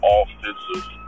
offensive